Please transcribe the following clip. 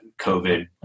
COVID